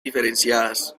diferenciadas